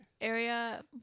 Area